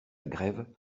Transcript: grève